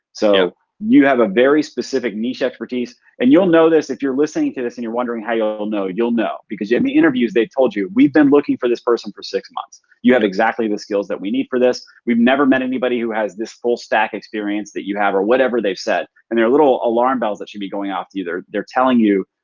so you have a very specific niche expertise and you'll know this if you're listening to this and you're wondering how you'll know. you'll know. because in the interviews they told you, we've been looking for this person for six months. you have exactly the skills that we need for this. we've never met anybody who has this full stack experience that you have. or whatever they've said and there are little alarm bells that should be going off to you. they're they're telling you,